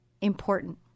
important